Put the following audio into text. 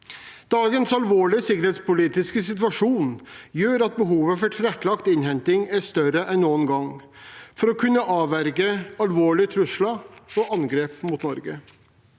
Dagens alvorlige sikkerhetspolitiske situasjon gjør at behovet for tilrettelagt innhenting er større enn noen gang for å kunne avverge alvorlige trusler og angrep mot Norge.